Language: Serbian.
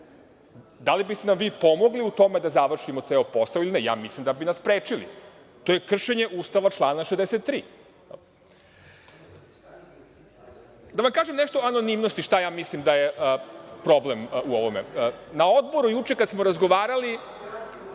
da li biste nam vi pomogli u tome da završimo ceo posao ili ne? Ja mislim da bi nas sprečili. To je kršenje Ustava člana 63.Da vam kažem nešto o anonimnosti, šta ja mislim da je problem u ovome. Na odboru juče kada smo razgovarali,